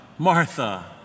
Martha